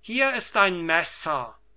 hier ist ein messer durchstich